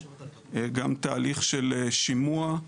תהליך של שימוע,